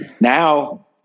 Now